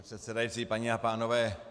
Pane předsedající, paní a pánové.